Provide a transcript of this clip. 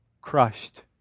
crushed